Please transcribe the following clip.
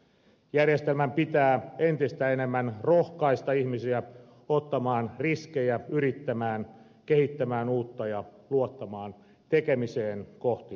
järjestelmän pitää entistä enemmän rohkaista ihmisiä ottamaan riskejä yrittämään kehittämään uutta ja luottamaan tekemiseen kohti tulevaisuutta